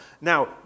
now